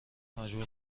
مجبور